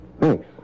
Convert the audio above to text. Thanks